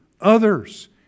others